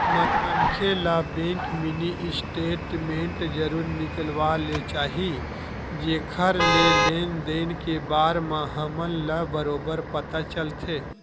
मनखे ल bank mini statement जरूर निकलवा ले चाही जेखर ले लेन देन के बार म हमन ल बरोबर पता चलथे